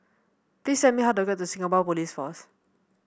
please tell me how to get to Singapore Police Force